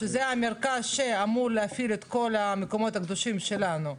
שזה המרכז שאמור להפעיל את כל המקומות הקדושים שלנו,